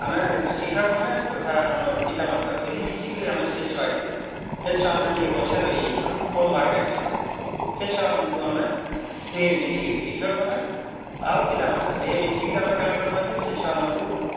ଆମେ ଶିକ୍ଷକ ମାନେ ତଥା ଆମର ପିତାମାତା ଦୁହେଁ ମିଶିକିରି ସେ ଛୁଆକେ ଯୋ ଛୁଆମାନେ ପଛେ ରହିଯାଇଛନ୍ କମ ମାର୍କ୍ ଆଣିଛ ସେ ଛୁଆମାନଙ୍କୁ ଆମେ ଦୁହେଁ ମିଶିକିରି ଶିକ୍ଷକ ମାନେ ଆଉ ପିତାମାତା ଦୁହେଁ ମିଶିକିରି ଆମେ କଣ କରିମା ଯେ ସ ଛୁଆମାନଙ୍କୁ